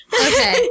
Okay